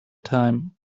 time